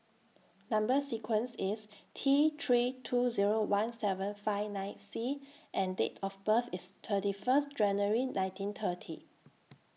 Number sequence IS T three two Zero one seven five nine C and Date of birth IS thirty First January nineteen thirty